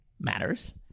matters